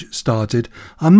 started